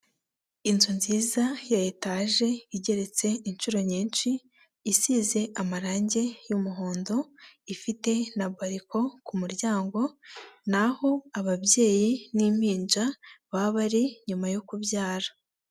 Inzu nziza ya etage igeretse inshuro nyinshi isize amarangi y'umuhondo ifite na bariko ku muryango naho ababyeyi n'impinja baba bari nyuma yo kubyara.